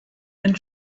and